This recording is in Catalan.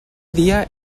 dia